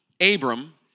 Abram